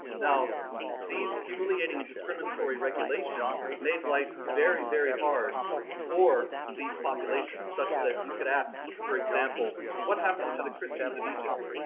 now these humiliating and discriminatory regulations made life very, very hard for these populations such that you could ask for example what happened to the christians of egypt?